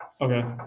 Okay